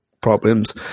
problems